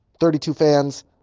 32fans